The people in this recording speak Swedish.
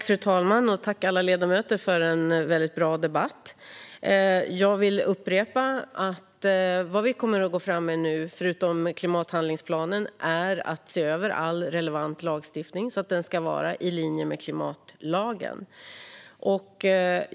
Fru talman! Jag tackar alla ledamöter för en bra debatt. Låt mig upprepa att det vi kommer att gå fram med, förutom klimathandlingsplanen, är att se över all relevant lagstiftning så att den ska vara i linje med klimatlagen.